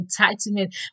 entitlement